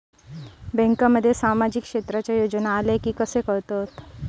बँकांमध्ये सामाजिक क्षेत्रांच्या योजना आल्या की कसे कळतत?